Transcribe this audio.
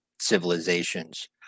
civilizations